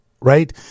Right